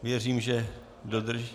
Věřím, že dodrží...